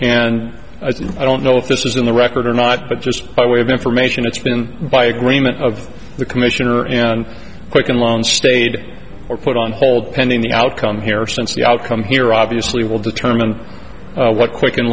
and i don't know if this is in the record or not but just by way of information it's been by agreement of the commissioner and quicken loans stated or put on hold pending the outcome here since the outcome here obviously will determine what quicken